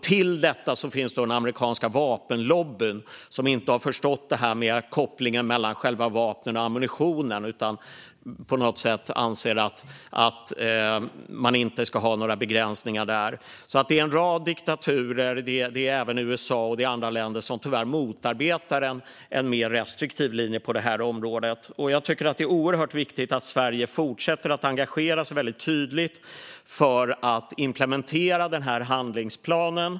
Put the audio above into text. Till det här finns den amerikanska vapenlobbyn, som inte har förstått kopplingen mellan själva vapnen och ammunitionen utan på något sätt anser att man inte ska ha några begränsningar där. Det är en rad diktaturer och även USA och andra länder som tyvärr motarbetar en mer restriktiv linje på detta område. Jag tycker att det är oerhört viktigt att Sverige fortsätter att engagera sig tydligt för att implementera handlingsplanen.